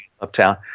uptown